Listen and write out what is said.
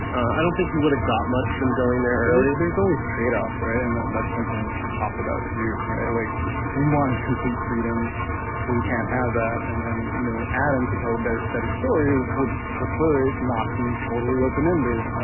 i don't think you would have got much from going there early there's always trade-offs right and that's something we should talk about too, right? like we wanted complete freedom, but we can't have that and then you know adam to tell a better better story would prefer it not be totally open-ended.